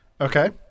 Okay